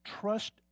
trust